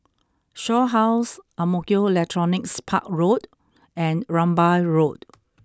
Shaw House Ang Mo Kio Electronics Park Road and Rambai Road